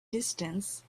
distance